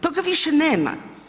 Toga više nema.